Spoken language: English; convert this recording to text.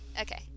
okay